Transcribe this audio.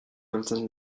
heltzen